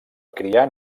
criar